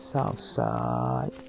Southside